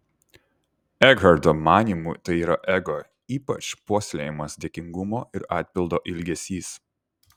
ekharto manymu tai yra ego ypač puoselėjamas dėkingumo ir atpildo ilgesys